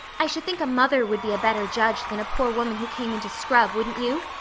i should think a mother would be a better judge than a poor woman who came in to scrub, wouldn't you?